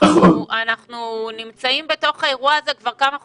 אנחנו נמצאים בתוך האירוע כבר כמה חודשים,